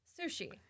Sushi